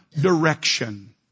direction